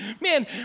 man